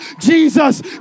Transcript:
jesus